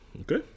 Okay